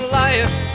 life